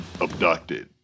abducted